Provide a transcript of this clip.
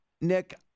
Nick